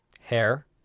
Hair